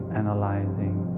analyzing